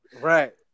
right